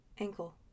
ankle